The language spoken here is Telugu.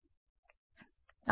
విద్యార్థి ఆ విషయం